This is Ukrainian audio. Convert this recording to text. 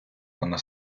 вона